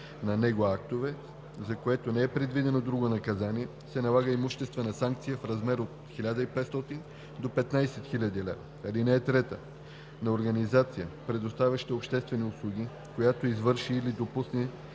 на него актове, за което не е предвидено друго наказание, се налага имуществена санкция в размер от 1500 до 15 000 лв. (3) На организация, предоставяща обществени услуги, която извърши или допусне